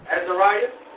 Azariah